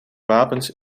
wapens